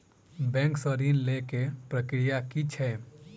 Bank सऽ ऋण लेय केँ प्रक्रिया की छीयै?